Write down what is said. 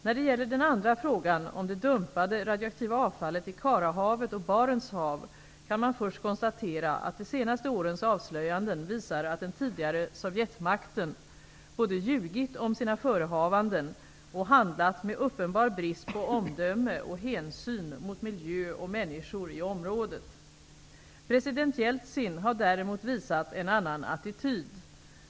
När det gäller den andra frågan, om det dumpade radioaktiva avfallet i Karahavet och Barents hav, kan man först konstatera att de senaste årens avslöjanden visar att den tidigare sovjetmakten både ljugit om sina förehavanden och handlat med uppenbar brist på omdöme och hänsyn mot miljö och människor i området. President Jeltsin har däremot visat en annan attityd.